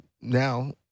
now